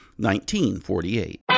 1948